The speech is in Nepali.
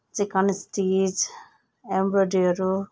chicken stitch एम्ब्रोइड्रीहरू